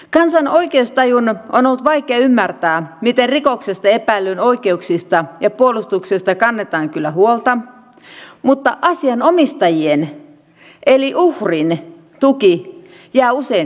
kansan oikeustajun on ollut vaikea ymmärtää miten rikoksesta epäillyn oikeuksista ja puolustuksesta kannetaan kyllä huolta mutta asianomistajan eli uhrin tuki jää usein vähäiseksi